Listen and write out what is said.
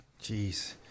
Jeez